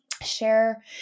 share